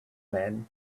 men